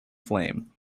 flame